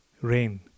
rain